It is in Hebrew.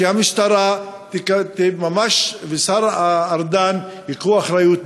שהמשטרה והשר ארדן ייקחו אחריות בעניין.